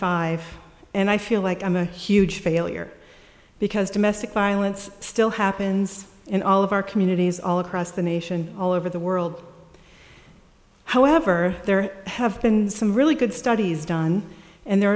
five and i feel like i'm a huge failure because domestic violence still happens in all of our communities all across the nation all over the world however there have been some really good studies done and there